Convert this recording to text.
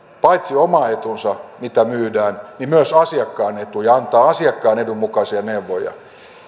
paitsi oma etunsa mitä myydään myös asiakkaan etu ja antaa asiakkaan edun mukaisia neuvoja